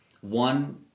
One